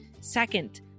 Second